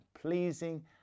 pleasing